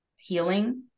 healing